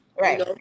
Right